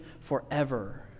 forever